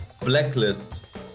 Blacklist